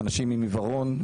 אנשים עם עיוורון,